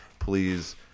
Please